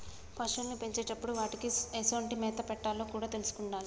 పశువుల్ని పెంచేటప్పుడు వాటికీ ఎసొంటి మేత పెట్టాలో కూడా తెలిసుండాలి